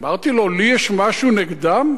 אמרתי לו: לי יש משהו נגדם?